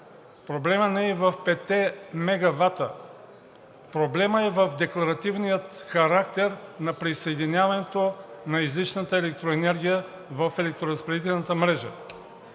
проблемът не е и в петте мегавата, проблемът е в декларативния характер на присъединяването на излишната електроенергия в електроразпределителната мрежа.